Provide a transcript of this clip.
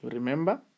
Remember